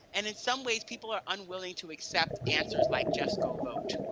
and in some ways, people are unwilling to accept answers like, just go vote,